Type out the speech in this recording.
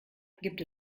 gibt